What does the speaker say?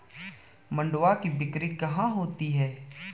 मंडुआ की बिक्री कहाँ होती है?